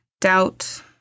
Doubt